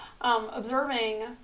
Observing